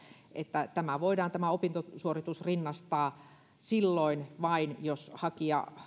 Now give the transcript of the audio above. että voidaan tämä opintosuoritus rinnastaa vain silloin jos hakija